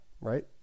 right